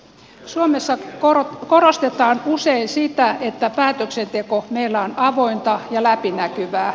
suomessa korostetaan usein sitä että päätöksenteko meillä on avointa ja läpinäkyvää